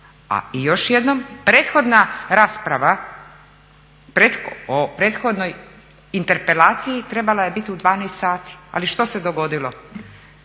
I još jednom, prethodna rasprava o prethodnoj interpelaciji trebala je biti u 12,00 sati. Ali što se dogodilo?